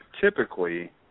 typically